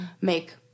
make